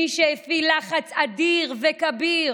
מי שהפעיל לחץ אדיר וכביר